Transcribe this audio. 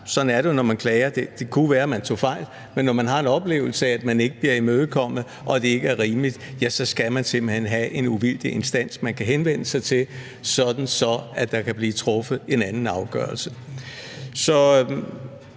sådan er det jo, når man klager – altså, det kunne jo være, at man tog fejl, men når man har en oplevelse af, at man ikke bliver imødekommet, og at det ikke er rimeligt, ja, så skal der simpelt hen være en uvildig instans, man kan henvende sig til, sådan at der kan blive truffet en anden afgørelse. Så